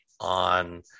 on